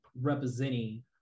representing